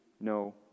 no